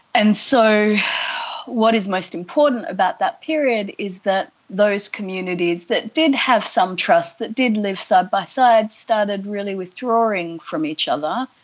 and so what is most important about that period is that those communities that did have some trust, that did live side by side, started really withdrawing from each other.